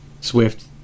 Swift